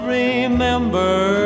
remember